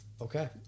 okay